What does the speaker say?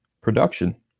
Production